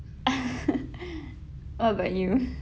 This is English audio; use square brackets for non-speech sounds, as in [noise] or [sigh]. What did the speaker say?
[laughs] [breath] what about you [laughs]